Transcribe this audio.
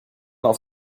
auf